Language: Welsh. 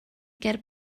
ger